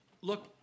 look